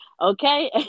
okay